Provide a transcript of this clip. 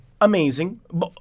amazing